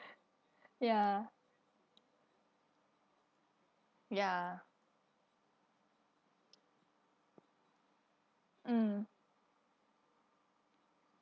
ya ya mm